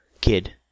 Kid